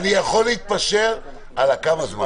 אני יכול להתפשר על הזמן.